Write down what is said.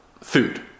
Food